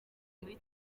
muri